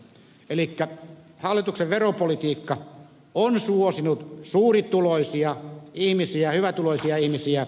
elikkä hallituksen veropolitiikka on suosinut suurituloisia ihmisiä hyvätuloisia ihmisiä